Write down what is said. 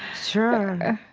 sure.